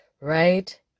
right